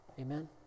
Amen